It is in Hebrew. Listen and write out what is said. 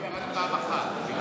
מצביעים רק פעם אחת.